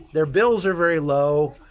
their bills are very low,